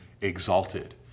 exalted